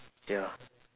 ya